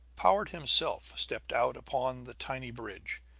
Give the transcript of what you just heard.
powart himself stepped out upon the tiny bridge.